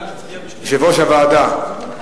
יושב-ראש הוועדה,